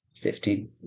Fifteen